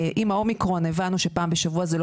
עם האומיקרון הבנו שפעם בשבוע זה לא